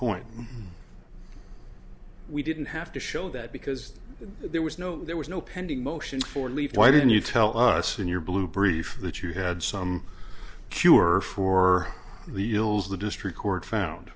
point we didn't have to show that because there was no there was no pending motion for leave why didn't you tell us in your blue brief that you had some cure for the ills of the district court found